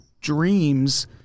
dreams